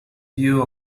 view